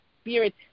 spirit